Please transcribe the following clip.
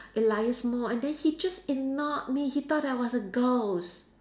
Elias mall and then he just ignored me he thought I was a ghost